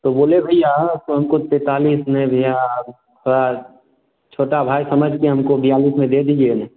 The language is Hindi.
तो बोले भैया आप हमको तैंतालीस नहीं भैया अब थोड़ा छोटा भाई समझकर हमको बयालीस में दे दीजिए ना